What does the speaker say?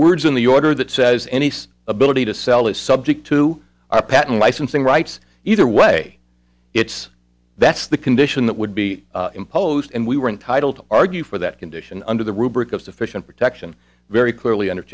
words in the order that says any ability to sell is subject to our patent licensing rights either way it's that's the condition that would be imposed and we were entitled to argue for that condition under the rubric of sufficient protection very clearly under